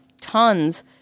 tons